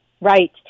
Right